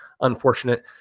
unfortunate